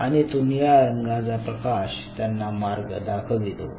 आणि तो निळा रंगाचा प्रकाश त्यांना मार्ग दाखवितो